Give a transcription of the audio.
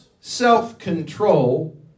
self-control